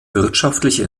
wirtschaftliche